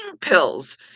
pills